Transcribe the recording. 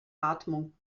atmung